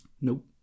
nope